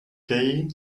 gay